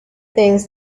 things